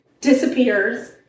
disappears